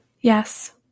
Yes